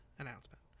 announcement